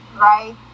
right